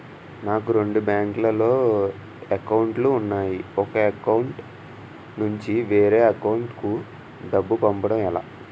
నాకు రెండు బ్యాంక్ లో లో అకౌంట్ లు ఉన్నాయి ఒక అకౌంట్ నుంచి వేరే అకౌంట్ కు డబ్బు పంపడం ఎలా?